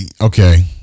okay